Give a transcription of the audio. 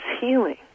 healing